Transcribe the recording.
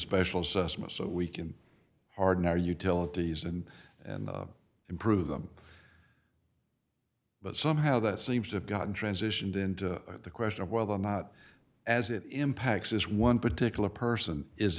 susman so we can harden our utilities and and improve them but somehow that seems to have gotten transitioned into the question of whether or not as it impacts this one particular person is